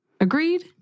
Agreed